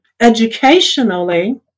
educationally